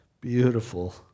beautiful